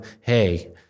Hey